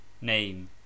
name